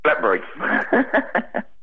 BlackBerry